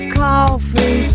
coffee